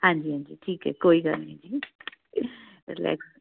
ਹਾਂਜੀ ਹਾਂਜੀ ਠੀਕ ਹੈ ਕੋਈ ਗੱਲ ਨਹੀਂ ਜੀ ਰਿਲੈਕਸ